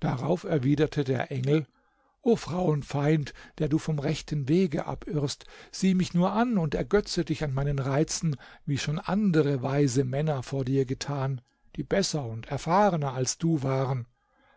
darauf erwiderte der engel o frauenfeind der du vom rechten wege abirrst sieh mich nur an und ergötze dich an meinen reizen wie schon andere weise männer vor dir getan die besser und erfahrener als du waren